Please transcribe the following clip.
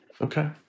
Okay